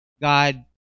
God